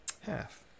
half